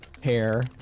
hair